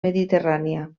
mediterrània